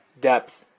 depth